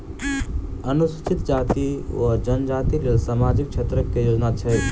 अनुसूचित जाति वा जनजाति लेल सामाजिक क्षेत्रक केँ योजना छैक?